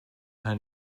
her